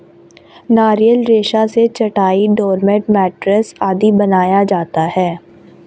नारियल रेशा से चटाई, डोरमेट, मैटरेस आदि बनाया जाता है